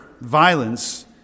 violence